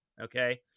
Okay